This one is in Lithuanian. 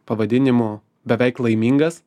pavadinimu beveik laimingas